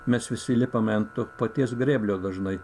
mes visi lipame ant to paties grėblio dažnai